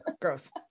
gross